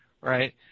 right